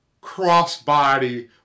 cross-body